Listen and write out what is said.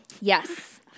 Yes